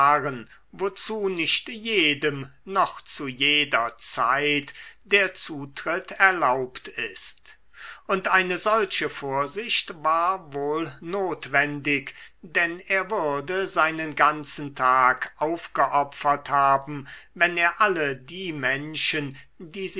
wozu nicht jedem noch zu jeder zeit der zutritt erlaubt ist und eine solche vorsicht war wohl notwendig denn er würde seinen ganzen tag aufgeopfert haben wenn er alle die menschen